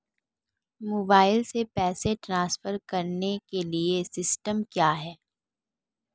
Mobile से पैसे transfer करने के लिए सिस्टम क्या है?